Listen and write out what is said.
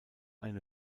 eine